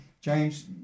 James